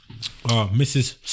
Mrs